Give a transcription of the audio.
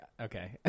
Okay